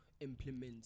implement